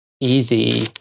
easy